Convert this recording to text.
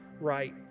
right